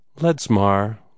Ledsmar